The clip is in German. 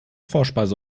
vorspeise